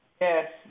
Yes